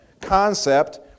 concept